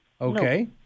Okay